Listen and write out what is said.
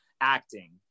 acting